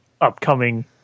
upcoming